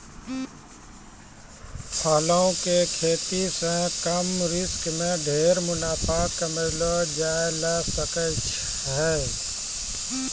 फलों के खेती सॅ कम रिस्क मॅ ढेर मुनाफा कमैलो जाय ल सकै छै